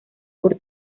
por